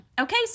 Okay